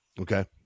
Okay